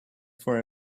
for